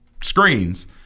screens